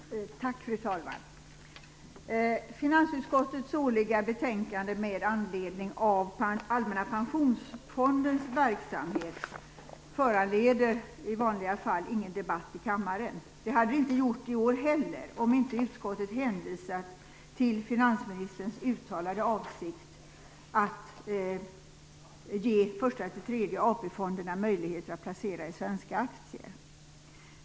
Fru talman! Finansutskottets årliga betänkande med anledning av Allmänna pensionsfondens verksamhet föranleder i vanliga fall ingen debatt i kammaren. Det hade det inte gjort i år heller om inte utskottet hänvisat till finansministerns uttalade avsikt att ge första till tredje AP-fonderna möjligheter att placera i svenska aktier.